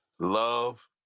Love